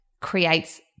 creates